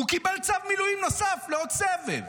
הוא קיבל צו מילואים נוסף לעוד סבב.